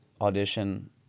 audition